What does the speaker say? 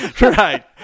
Right